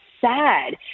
sad